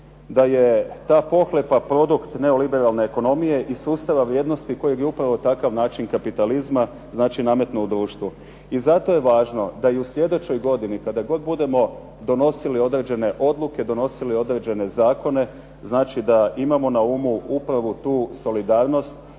da je ta pohlepa produkt neoliberalne ekonomije i sustava vrijednosti kojeg je upravo takav način kapitalizma nametnuo društvu. I zato je važno da i u slijedećoj godini kada god budemo donosili određene odluke, donosili određene zakone znači da imamo na umu upravo tu solidarnost